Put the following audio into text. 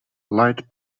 light